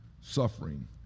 suffering